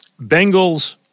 Bengals